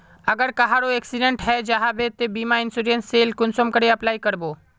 अगर कहारो एक्सीडेंट है जाहा बे तो बीमा इंश्योरेंस सेल कुंसम करे अप्लाई कर बो?